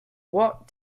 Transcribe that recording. what